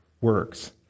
works